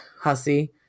hussy